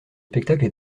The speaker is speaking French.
spectacle